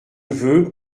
veux